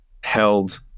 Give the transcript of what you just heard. held